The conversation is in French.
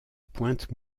pointe